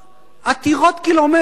עתירות קילומטרים,